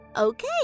Okay